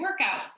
workouts